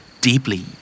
Deeply